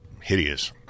hideous